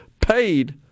paid